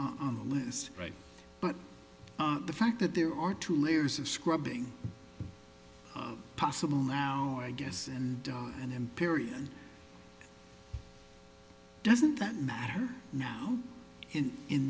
on the list right but the fact that there are two layers of scrubbing possible now i guess and and then period doesn't that matter now and in